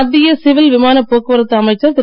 மத்திய சிவில் விமானப் போக்குவரத்து அமைச்சர் திரு